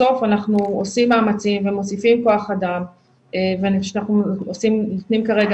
בסוף אנחנו עושים מאמצים ומוסיפים כוח אדם שאנחנו נותנים כרגע